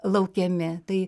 laukiami tai